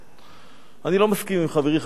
אני לא מסכים עם חברי חבר הכנסת אייכלר